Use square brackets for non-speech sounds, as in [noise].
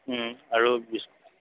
আৰু [unintelligible]